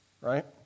Right